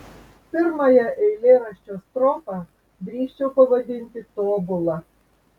pirmąją eilėraščio strofą drįsčiau pavadinti tobula